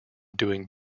doing